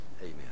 Amen